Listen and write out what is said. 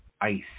ice